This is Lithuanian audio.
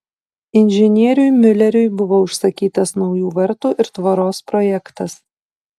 inžinieriui miuleriui buvo užsakytas naujų vartų ir tvoros projektas